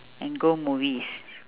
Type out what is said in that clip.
and go movies